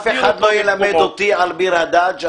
אף אחד לא ילמד אותי על ביר הדאג'.